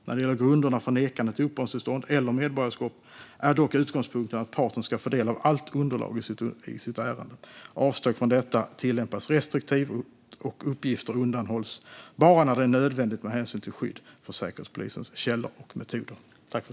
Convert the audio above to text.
När det gäller grunderna för nekande till uppehållstillstånd eller medborgarskap är dock utgångspunkten att parten ska få del av allt underlag i sitt ärende. Avsteg från detta tillämpas restriktivt, och uppgifter undanhålls bara när det är nödvändigt med hänsyn till skydd för Säkerhetspolisens källor och metoder.